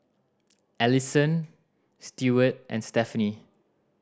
Allisson Stewart and Stephanie